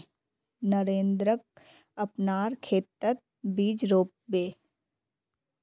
नरेंद्रक अपनार खेतत बीज रोप बे